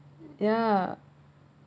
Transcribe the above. yeah